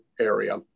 area